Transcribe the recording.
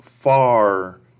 far